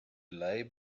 lay